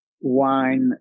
wine